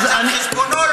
אבל זה על חשבונו,